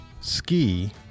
ski